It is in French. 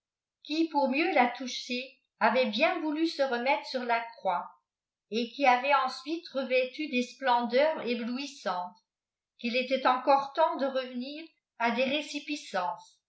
qui pour mieux la toucher avait bien voulu se remettre sur la croix et qui avait ensuite revêtu des splendeurs éblouissantes qu'il était encore temps de revenir a des résipiscence